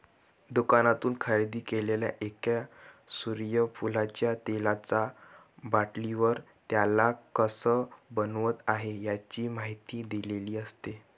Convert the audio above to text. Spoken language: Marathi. दुकानातून खरेदी केलेल्या एका सूर्यफुलाच्या तेलाचा बाटलीवर, त्याला कसं बनवलं आहे, याची माहिती दिलेली असते